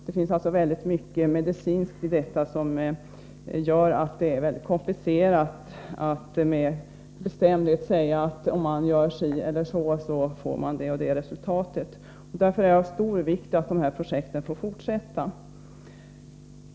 Det finns allstå väldigt många medicinska problem som gör att det är komplicerat att med bestämdhet säga att om man gör si eller så, får man det eller det resultatet. Därför är det av stor vikt att projekten får fortsätta.